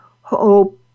hope